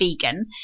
Vegan